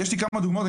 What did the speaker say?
יש לי כמה דוגמאות,